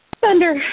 thunder